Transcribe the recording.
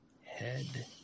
head